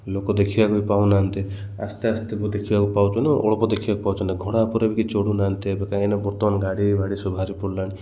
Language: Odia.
ଲୋକ ଦେଖିବାକୁ ବି ପାଉନାହାନ୍ତି ଆସ୍ତେ ଆସ୍ତେ ଦେଖିବାକୁ ପାଉଛନ୍ତି ନା ଅଳପ ଦେଖିବାକୁ ପାଉଛନ୍ତି ନା ଘୋଡ଼ା ଉପରେ ବି କି ଚଢ଼ୁନାହାନ୍ତି ଏ କାହିଁକିନା ବର୍ତ୍ତମାନ ଗାଡ଼ି ଭାଡ଼ି ସବୁ ବାହାରି ପଡ଼ିଲାଣି